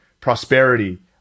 prosperity